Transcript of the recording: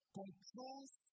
controls